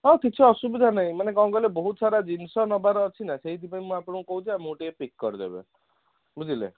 ହଁ କିଛି ଅସୁବିଧା ନାହିଁ ମାନେ କ'ଣ କହିଲେ ବହୁତ ସାରା ଜିନିଷ ନେବାର ଅଛିନା ସେଇଥିପାଇଁ ମୁଁ ଆପଣଙ୍କୁ କହୁଛି ଆପଣ ଟିକେ ପିକ୍ କରିଦେବେ ବୁଝିଲେ